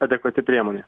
adekvati priemonė